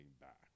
back